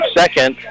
second